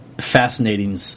Fascinating